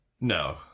No